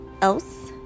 else